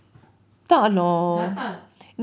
gatal